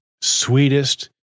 sweetest